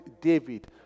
David